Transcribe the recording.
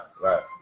right